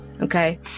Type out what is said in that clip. okay